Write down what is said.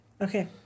Okay